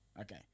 okay